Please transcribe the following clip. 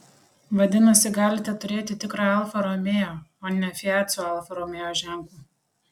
vadinasi galite turėti tikrą alfa romeo o ne fiat su alfa romeo ženklu